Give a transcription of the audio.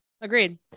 agreed